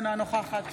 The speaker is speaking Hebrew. אינה נוכחת